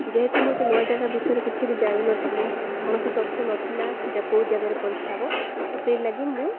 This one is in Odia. ଯେହେତୁ ମୁଁ ସେ ନୂଆ ଜାଗା ବିଷୟରେ କିଛି ବି ଜାଣିନଥିଲି କୌଣସି ତଥ୍ୟ ନଥିଲା କେଉଁ ଜାଗାରେ ପରୀକ୍ଷା ହବ ତ ସେହିଲାଗି ମୁଁ